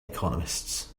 economists